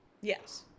Yes